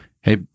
Hey